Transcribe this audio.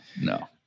No